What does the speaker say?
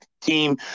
team